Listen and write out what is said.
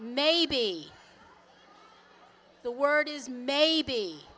maybe the word is maybe